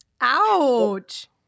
Ouch